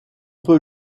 peut